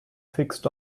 fixed